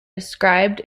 described